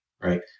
right